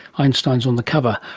einstein is on the cover.